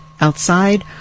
Outside